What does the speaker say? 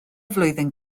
flwyddyn